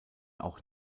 auch